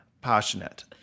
passionate